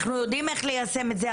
אנחנו יודעים איך ליישם את זה,